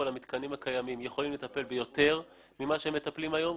המתקנים הקיימים יוכלו לטפל ביותר פסולת ממה שהם מטפלים היום.